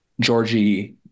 Georgie